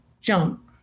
jump